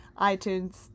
iTunes